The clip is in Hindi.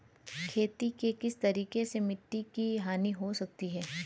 खेती के किस तरीके से मिट्टी की हानि हो सकती है?